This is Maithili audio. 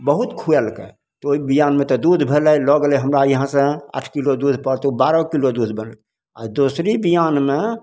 बहुत खुएलकै तऽ ओहि बिआनमे दुध भऽ गेलय लऽ गेलय हमरा इहाँसँ आठ किलो दुध पर तऽ ओ बारह किलो दुध बनलै आओर दोसरी बिआनमे